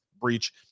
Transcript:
breach